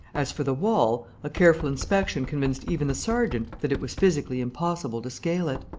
as for the wall, a careful inspection convinced even the sergeant that it was physically impossible to scale it.